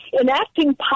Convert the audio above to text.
enacting